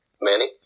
Manny